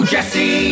Jesse